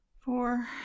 four